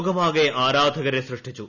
ലോകമാകെ ആരാധകരെ സൃഷ്ടിച്ചു